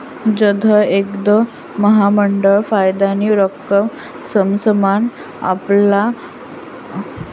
जधय एखांद महामंडळ फायदानी रक्कम समसमान आपला भागधारकस्ले वाटस त्याले लाभांश म्हणतस